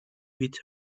with